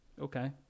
Okay